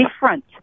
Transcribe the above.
different